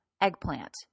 eggplant